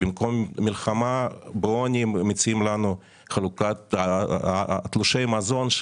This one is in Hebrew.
במקום מלחמה בעוני מציעים לנו חלוקת תלושי מזון,